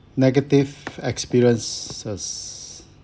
negative experiences